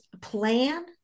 plan